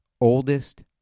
oldest